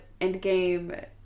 Endgame